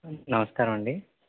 నవస్కారం అండి